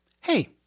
hey